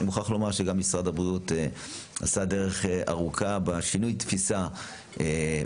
אני מוכרח לומר שגם משרד הבריאות עשה דרך ארוכה בשינוי התפיסה וההבנה.